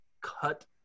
cut